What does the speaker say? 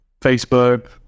Facebook